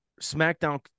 SmackDown